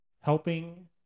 helping